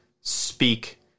speak –